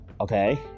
Okay